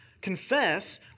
Confess